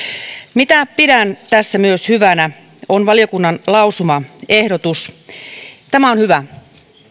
mitä pidän tässä myös hyvänä on valiokunnan lausumaehdotus tämä on hyvä